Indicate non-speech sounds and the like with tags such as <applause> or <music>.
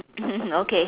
<laughs> okay